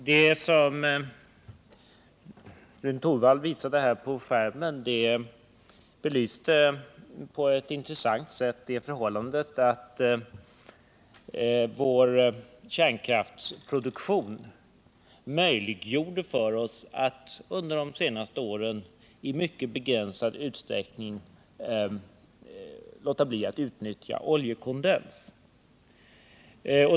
Det som Rune Torwald visade här på skärmen belyste på ett intressant sätt det förhållandet, att vår kärnkraftsproduktion i mycket stor utsträckning möjliggjorde för oss att under de senaste åren låta bli att utnyttja oljekondens.